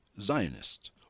Zionist